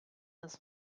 das